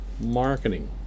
Marketing